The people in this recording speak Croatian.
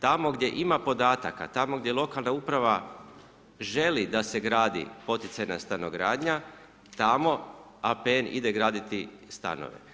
Tamo gdje ima podataka, tamo gdje lokalna uprava želi da se gradi poticajna stanogradnja, tamo APN ide graditi stanove.